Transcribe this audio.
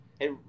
Hey